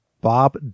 bob